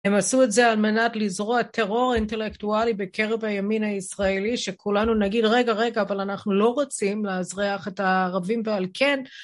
הם עשו את זה על מנת לזרוע טרור אינטלקטואלי בקרב הימין הישראלי שכולנו נגיד רגע רגע אבל אנחנו לא רוצים לאזרח את הערבים ועל כן